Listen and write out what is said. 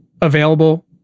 available